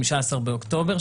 15 באוקטובר,